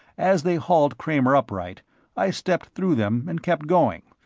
as they hauled kramer upright i stepped through them and kept going,